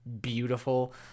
beautiful